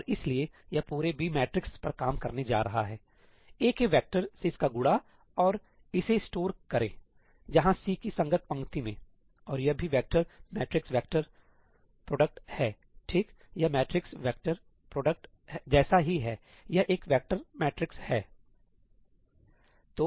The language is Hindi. और इसलिए यह पूरे B मेट्रिक्स पर काम करने जा रहा है A के वेक्टर से इसका गुड़ा और इसे स्टोर करें जहां C की संगत पंक्ति मेंऔर यह भी वेक्टर मैट्रिक्स प्रोडक्ट है ठीक यह मैट्रिक्स वेक्टर प्रोडक्ट जैसा ही हैयह एक वेक्टर मैट्रिक्स है